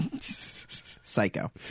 Psycho